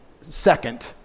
second